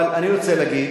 אבל אני רוצה להגיד,